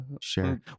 Sure